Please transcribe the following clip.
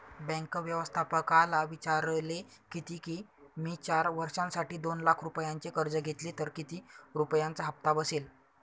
bank व्यवस्थापकाला विचारले किती की, मी चार वर्षांसाठी दोन लाख रुपयांचे कर्ज घेतले तर किती रुपयांचा हप्ता बसेल